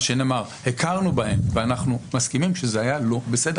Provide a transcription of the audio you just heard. הכרנו בהן ואנחנו מסכימים שזה היה לא בסדר.